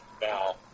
now